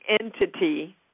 entity